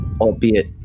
albeit